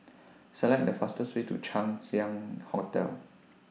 Select The fastest Way to Chang Ziang Hotel